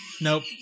Nope